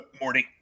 Morning